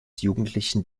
jugendlichen